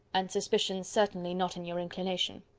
and suspicion certainly not in your inclination.